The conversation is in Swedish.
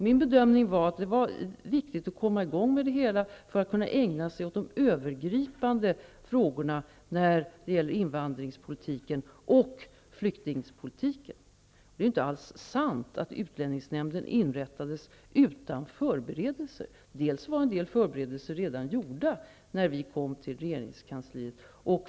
Min bedömning var att det var viktigt att komma i gång med det hela för att kunna ägna sig åt de övergripande frågorna när det gäller invandrar och flyktingpolitiken. Det är inte alls sant att utlänningsnämnden inrättades utan förberedelser. En del förberedelser var redan gjorda när vi kom till regeringskansliet.